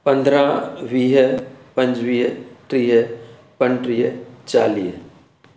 पंद्रहं वीह पंजुवीह टीह पनटीह चालीह